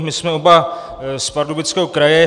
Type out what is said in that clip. My jsme oba z Pardubického kraje.